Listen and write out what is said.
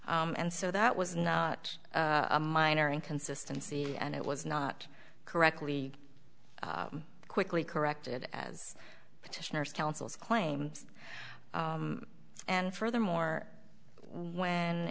and so that was not a minor inconsistency and it was not correctly quickly corrected as petitioner's counsel's claims and furthermore when